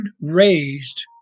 raised